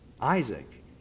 Isaac